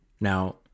Now